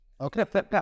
Okay